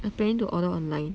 I planning to order online